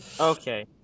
Okay